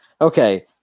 okay